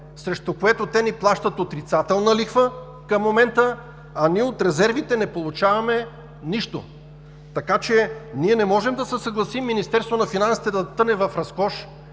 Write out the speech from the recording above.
срещу което те ни плащат отрицателна лихва към момента, а от резервите не получаваме нищо. Така че не можем да се съгласим Министерството на финансите да тъне в разкош,